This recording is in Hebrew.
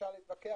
אפשר להתווכח,